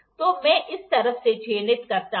तो मैं इस तरफ से चिह्नित करता हूं